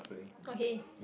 okay